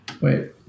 wait